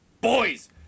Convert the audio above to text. boys